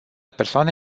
persoane